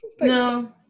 no